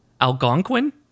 Algonquin